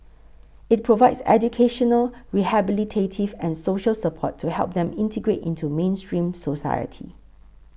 it provides educational rehabilitative and social support to help them integrate into mainstream society